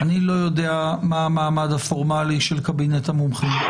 אני לא יודע מה המעמד הפורמלי של קבינט המומחים.